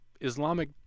Islamic